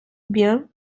bien